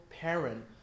parent